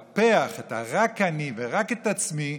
לטפח את הרק אני ורק את עצמי,